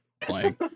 playing